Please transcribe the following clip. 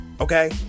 okay